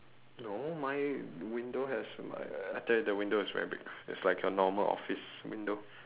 no my window has my I tell you the window is very big it's like a normal office window